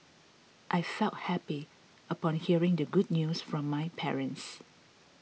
I felt happy upon hearing the good news from my parents